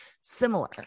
similar